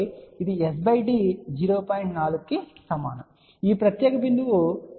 4 కు సమానం మరియు ఈ ప్రత్యేక బిందువు మీరు ఇక్కడ w d 0